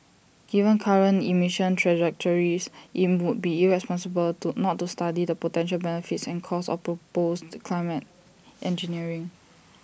given current emissions trajectories IT would be irresponsible to not to study the potential benefits and costs of proposed climate engineering